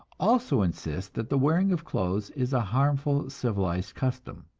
also insist that the wearing of clothes is a harmful civilized custom.